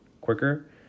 quicker